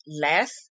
less